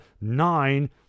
nine